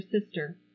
sister